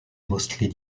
mostly